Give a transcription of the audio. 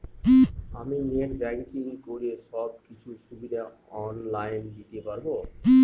আমি net banking করে সব কিছু সুবিধা অন লাইন দিতে পারবো?